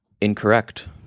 incorrect